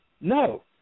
No